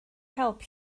help